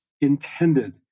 intended